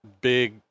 big